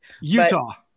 Utah